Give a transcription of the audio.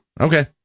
Okay